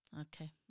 okay